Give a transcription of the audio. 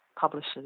publishers